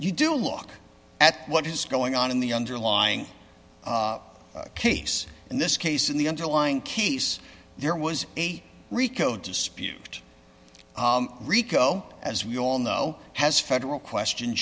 you do look at what is going on in the underlying case in this case in the underlying case there was a rico dispute rico as we all know has federal question